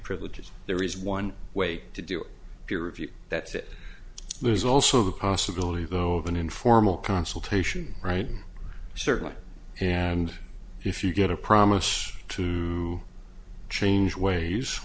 privileges there is one way to do peer review that's it there's also the possibility though of an informal consultation right certainly and if you get a promise to change ways